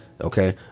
okay